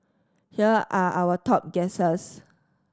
here are our top guesses